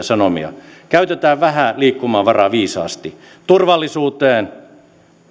sanomia käytetään vähä liikkumavara viisaasti turvallisuuteen